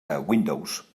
windows